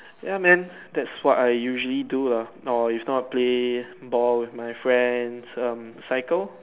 ya man that's what I usually do ah lor is not play ball with my friends um cycle